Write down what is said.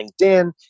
LinkedIn